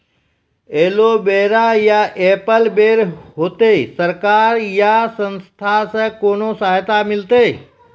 Aloe vera या apple बैर होते? सरकार या संस्था से कोनो सहायता मिलते?